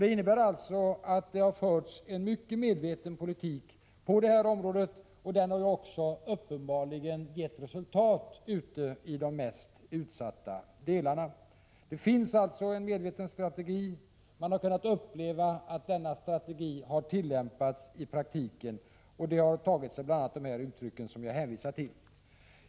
Det innebär alltså att det har förts en mycket medveten politik på detta område, och den har också uppenbarligen gett resultat i de mest utsatta delarna av landet. Det finns alltså en medveten strategi. Man har kunnat uppleva att denna strategi har tillämpats i praktiken, och det har tagit sig bl.a. de uttryck som jag har hänvisat till.